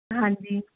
ਹਾਂਜੀ